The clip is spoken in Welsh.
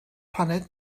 paned